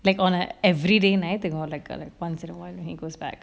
like on an everyday night or like or like once in awhile he goes back